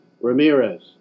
Ramirez